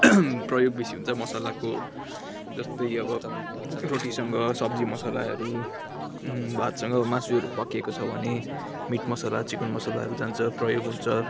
प्रयोग बेसी हुन्छ मसालाको जस्तै अब रोटीसँग सब्जी मसलाहरू भातसँग मासुहरू पाकेको छ भने मिट मसला चिकन मसलाहरू जान्छ प्रयोग हुन्छ